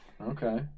Okay